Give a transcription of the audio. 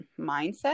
mindset